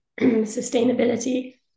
sustainability